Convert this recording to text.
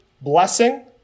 blessing